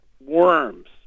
worms